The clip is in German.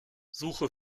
suche